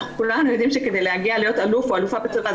אנחנו כולנו יודעים שכדי להגיע להיות אלוף או אלופה בצבא,